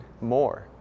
more